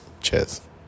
Cheers